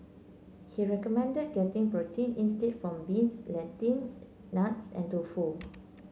he recommended getting protein instead from beans nuts and tofu